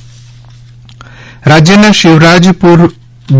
પ્રકાશ જાવડેકર રાજ્યના શિવરાજપુર